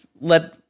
let